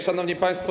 Szanowni Państwo!